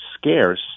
scarce